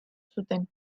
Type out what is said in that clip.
zuten